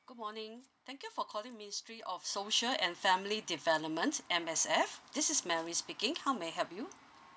good morning thank you for calling ministry of social and family developments M_S_F this is mary speaking how may I help you